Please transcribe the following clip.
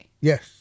Yes